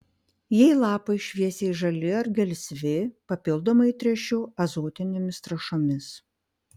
jei lapai šviesiai žali ar gelsvi papildomai tręšiu azotinėmis trąšomis